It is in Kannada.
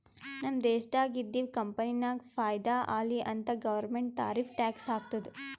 ನಮ್ ದೇಶ್ದಾಗ್ ಇದ್ದಿವ್ ಕಂಪನಿಗ ಫೈದಾ ಆಲಿ ಅಂತ್ ಗೌರ್ಮೆಂಟ್ ಟಾರಿಫ್ ಟ್ಯಾಕ್ಸ್ ಹಾಕ್ತುದ್